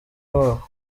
babo